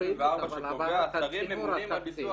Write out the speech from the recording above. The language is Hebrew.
סעיף 24, שקובע שהשרים ממונים על ביצוע החוק.